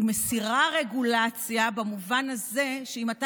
היא מסירה רגולציה במובן הזה שאם אתה